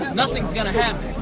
nothing's gonna happen!